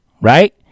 right